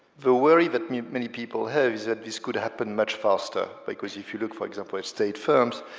the worry that many people have is that this could happen much faster, because if you look, for example, at state firms,